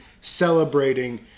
celebrating